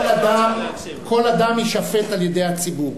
כל אדם יישפט על-ידי הציבור.